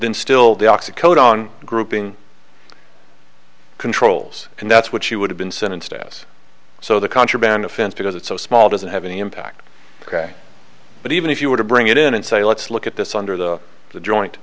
code on grouping controls and that's what she would have been sentenced s so the contraband offense because it's so small doesn't have any impact ok but even if you were to bring it in and say let's look at this under the the joint